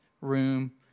room